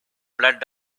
blood